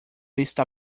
está